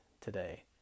today